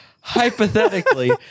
hypothetically